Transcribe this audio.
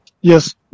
yes